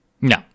No